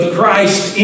Christ